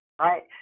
Right